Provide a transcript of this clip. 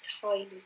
tiny